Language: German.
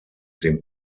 dem